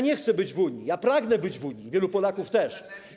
Nie chcę być w Unii, ja pragnę być w Unii, wielu Polaków też.